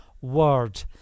word